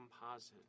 composite